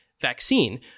vaccine